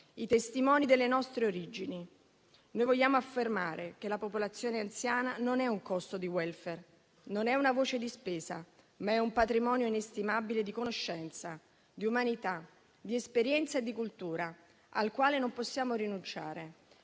i testimoni delle nostre origini. Noi vogliamo affermare che la popolazione anziana non è un costo di *welfare*, non è una voce di spesa, ma è un patrimonio inestimabile di conoscenza, di umanità, di esperienza e di cultura, al quale non possiamo rinunciare.